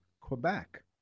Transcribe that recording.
Quebec